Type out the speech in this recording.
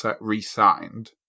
re-signed